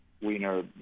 Wiener